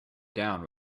down